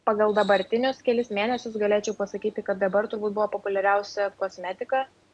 pagal dabartinius kelis mėnesius galėčiau pasakyti kad dabar turbūt buvo populiariausia kosmetika